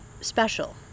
special